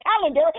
calendar